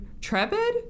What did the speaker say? Trepid